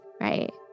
right